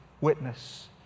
witness